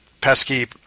pesky